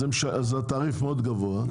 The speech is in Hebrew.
התעריף מאוד גבוה.